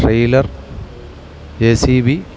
trailer J C B